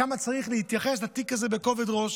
כמה צריך להתייחס לתיק הזה בכובד ראש.